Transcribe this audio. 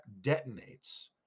detonates